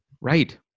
Right